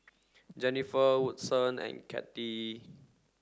Jenifer Woodson and Cathi